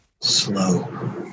slow